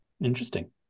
Interesting